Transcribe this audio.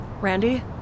Randy